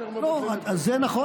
אחר כך, זה נכון.